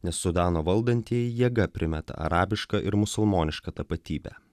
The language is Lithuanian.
nes sudano valdantieji jėga primeta arabišką ir musulmonišką tapatybę